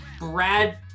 Brad